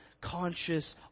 conscious